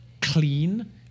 clean